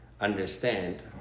understand